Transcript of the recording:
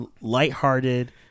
lighthearted